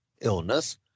illness